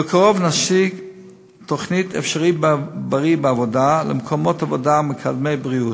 בקרוב נשיק תוכנית "אפשריבריא בעבודה" למקומות עבודה מקדמי בריאות,